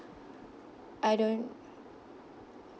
I don't